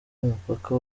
umupaka